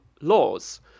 laws